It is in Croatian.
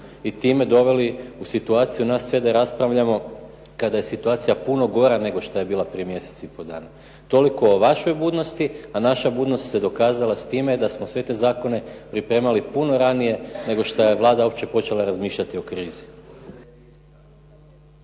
i time doveli nas sve u situaciju kada je situacija puno gora nego što je bila prije mjesec i pol dana. Toliko o vašoj budnosti a naša budnost se dokazala sa time da smo sve te zakone pripremali puno ranije nego što je Vlada uopće počela razmišljati o krizi.